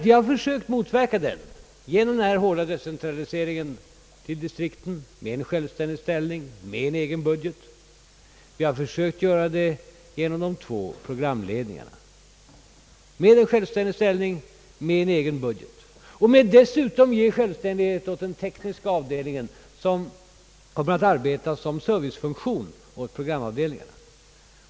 Vi har sökt motverka den genom den hårda decentraliseringen till distrikten, med en självständig ställning, med en egen budget. Vi har försökt göra det genom de två programledningarna och dessutom genom att ge självständighet åt den tekniska avdelningen, som kommer att arbeta som servicefunktion åt programavdelningarna.